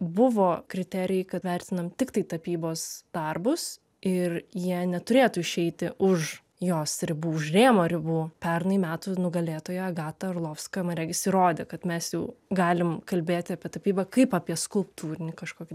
buvo kriterijai kad vertinam tiktai tapybos darbus ir jie neturėtų išeiti už jos ribų už rėmo ribų pernai metų nugalėtoja agata arlovska man regis įrodė kad mes jau galim kalbėti apie tapybą kaip apie skulptūrinį kažkokį